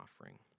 offering